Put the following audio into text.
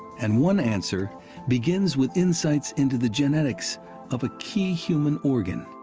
and one answer begins with insights into the genetics of a key human organ,